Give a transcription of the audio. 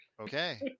Okay